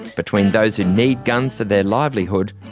between those who need guns for their livelihood,